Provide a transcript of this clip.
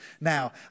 now